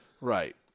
Right